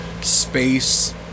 space